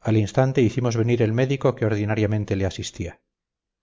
al instante hicimos venir el médico que ordinariamente le asistía